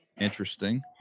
Interesting